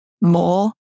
more